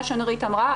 מה שנורית אמרה,